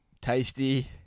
tasty